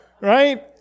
right